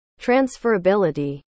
transferability